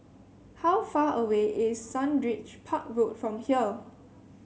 how far away is Sundridge Park Road from here